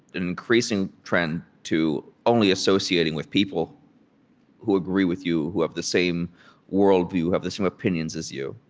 increasing trend to only associating with people who agree with you, who have the same worldview, have the same opinions as you.